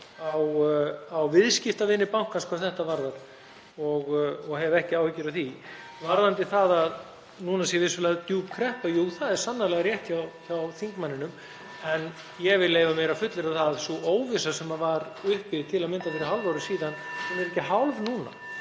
á viðskiptavini bankans hvað þetta varðar og hef ekki áhyggjur af því. Varðandi það að núna sé vissulega djúp kreppa, jú, (Forseti hringir.) það er sannarlega rétt hjá þingmanninum. En ég vil leyfa mér að fullyrða að sú óvissa sem var uppi til að mynda fyrir hálfu ári síðan sé ekki hálf núna.